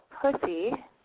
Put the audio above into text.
pussy